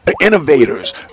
Innovators